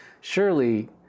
Surely